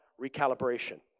recalibration